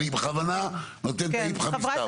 אני בכוונה נותן את האיפכא מסתברא.